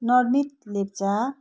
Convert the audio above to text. Narmit Lepcha